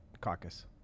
caucus